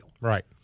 Right